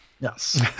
yes